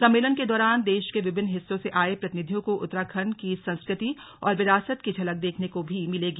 सम्मेलन के दौरान देश के विभिन्न हिस्सों से आये प्रतिनिधियों को उत्तराखंड कीसंस्कृति और विरासत की झलक देखने को भी मिलेगी